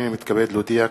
הנני מתכבד להודיע,